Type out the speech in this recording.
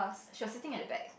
she was sitting at the back